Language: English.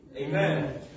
Amen